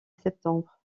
septembre